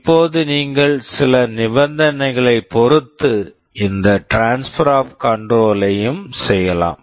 இப்போது நீங்கள் சில நிபந்தனைகளைப் பொறுத்து இந்த transfer of control transfer of control ஐயும் செய்யலாம்